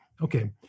okay